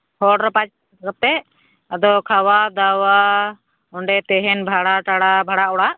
ᱦᱚᱲ ᱨᱮ ᱯᱟᱸᱪ ᱦᱟᱡᱟᱨ ᱴᱟᱠᱟ ᱠᱟᱛᱮᱫ ᱟᱫᱚ ᱠᱷᱟᱣᱟᱼᱫᱟᱣᱟ ᱚᱸᱰᱮ ᱛᱮᱦᱮᱱ ᱵᱷᱟᱲᱟᱼᱴᱟᱲᱟ ᱵᱷᱟᱲᱟ ᱚᱲᱟᱜ